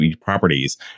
properties